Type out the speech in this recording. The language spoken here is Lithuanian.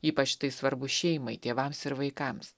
ypač tai svarbu šeimai tėvams ir vaikams